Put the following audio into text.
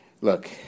look